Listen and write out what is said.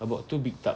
about two big tubs